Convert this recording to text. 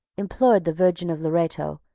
implored the virgin of loretto,